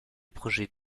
projet